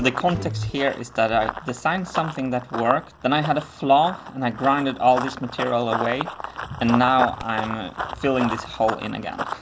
context here is that i designed something that worked then i had a flaw and i grinded all this material away and now i'm filling this hole in again.